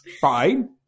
Fine